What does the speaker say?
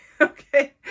Okay